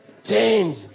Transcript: Change